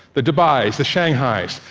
the dubais, the shanghais.